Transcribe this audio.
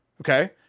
Okay